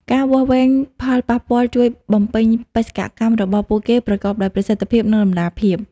ការវាស់វែងផលប៉ះពាល់ជួយបំពេញបេសកកម្មរបស់ពួកគេប្រកបដោយប្រសិទ្ធភាព និងតម្លាភាព។